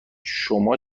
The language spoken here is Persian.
شما